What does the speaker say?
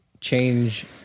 change